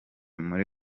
muri